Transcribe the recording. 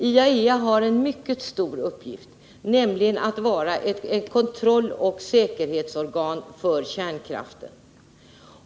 IAEA har en mycket stor uppgift, nämligen att vara ett kontrolloch säkerhetsorgan för kärnkraften.